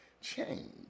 change